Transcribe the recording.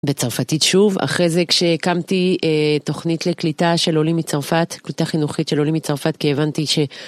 בצרפתית שוב. אחרי זה כשהקמתי תוכנית לקליטה של עולים מצרפת, קליטה חינוכית של עולים מצרפת, כי הבנתי ש...